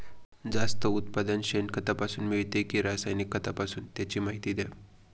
जास्त उत्पादन शेणखतापासून मिळते कि रासायनिक खतापासून? त्याची माहिती द्या